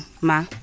Ma